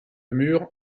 mur